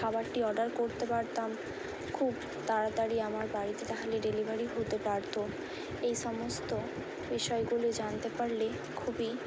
খাবারটি অর্ডার করতে পারতাম খুব তাড়াতাড়ি আমার বাড়িতে তাহলে ডেলিভারি হতে পারতো এই সমস্ত বিষয়গুলি জানতে পারলে খুবই